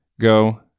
go